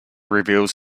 reveals